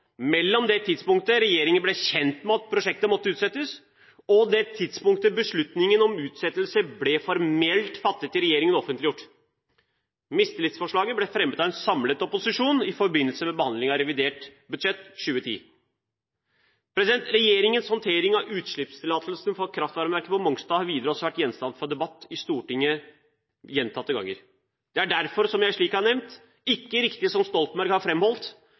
mellom det tidspunktet regjeringen ble kjent med at prosjektet måtte utsettes, og det tidspunktet beslutningen om utsettelse ble formelt fattet i regjeringen og offentliggjort. Mistillitsforslaget ble fremmet av en samlet opposisjon i forbindelse med behandlingen av revidert budsjett for 2010. Regjeringens håndtering av utslippstillatelsen for kraftvarmeverket på Mongstad har videre vært gjenstand for debatt i Stortinget gjentatte ganger. Det er derfor ikke riktig, som Stoltenberg har